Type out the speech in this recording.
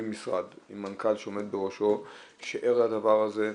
משרד עם מנכ"ל שעומד בראשו שער לדבר הזה,